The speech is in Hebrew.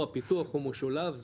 הפיתוח הוא משולב,